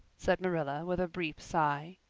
said marilla, with a brief sigh.